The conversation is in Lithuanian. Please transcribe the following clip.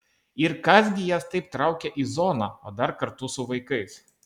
ir kas gi jas taip traukia į zoną o dar kartu su vaikais